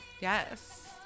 Yes